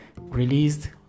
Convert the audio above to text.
released